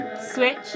switch